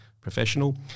professional